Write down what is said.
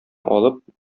алып